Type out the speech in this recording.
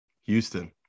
houston